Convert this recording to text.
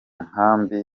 nkambi